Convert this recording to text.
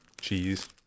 cheese